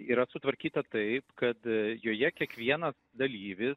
yra sutvarkyta taip kad joje kiekvienas dalyvis